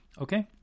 okay